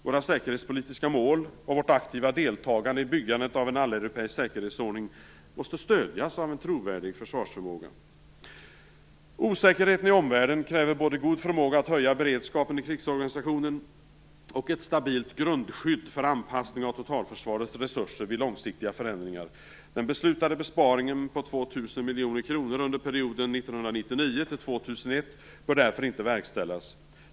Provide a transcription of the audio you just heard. Våra säkerhetspolitiska mål och vårt aktiva deltagande i byggandet av en alleuropeisk säkerhetsordning måste stödjas av en trovärdig försvarsförmåga. Osäkerheten i omvärlden kräver både en god förmåga att höja beredskapen i krigsorganisationen och ett stabilt grundskydd för anpassning av totalförsvarets resurser vid långsiktiga förändringar. Den beslutade besparingen på 2 000 miljoner kronor under perioden 1999-2001 bör därför inte verkställas.